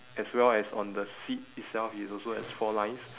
as well as on the seat itself it also has four lines